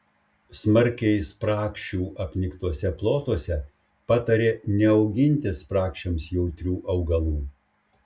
smarkiai spragšių apniktuose plotuose patarė neauginti spragšiams jautrių augalų